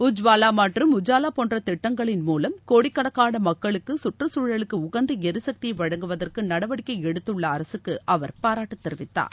உற்வாலா மற்றும் உஜாவா போன்ற திட்டங்களின் மூலம் கோடிக் கணக்கான மக்களுக்கு கற்றுச் தழலுக்கு உகந்த எரிசக்தியை வழங்குவதற்கு நடவடிக்கை எடுத்துள்ள அரசக்கு அவர் பாராட்டுத் தெரிவித்தார்